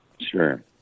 Sure